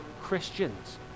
Christians